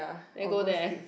then go there